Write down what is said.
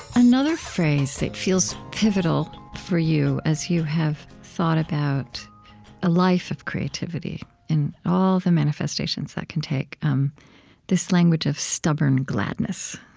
another phrase that feels pivotal, for you, as you have thought about a life of creativity and all the manifestations that can take um this language of stubborn gladness.